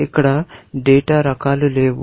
ఇక్కడ డేటా రకాలు లేవు